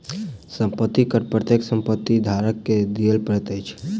संपत्ति कर प्रत्येक संपत्ति धारक के दिअ पड़ैत अछि